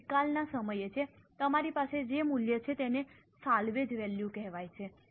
આ નિકાલના સમયે છે તમારી પાસે જે મૂલ્ય છે તેને સાલ્વેજ વેલ્યુ કહેવાય છે